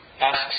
asks